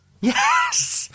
Yes